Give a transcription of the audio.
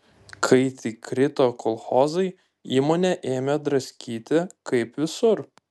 kai tik krito kolchozai įmonę ėmė draskyti kaip visur